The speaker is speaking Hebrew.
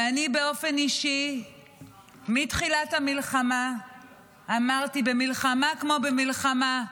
אני באופן אישי מתחילת המלחמה אמרתי: במלחמה כמו במלחמה,